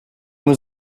was